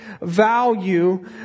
value